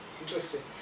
interesting